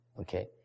Okay